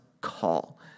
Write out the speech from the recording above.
call